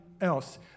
else